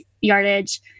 yardage